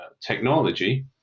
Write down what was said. technology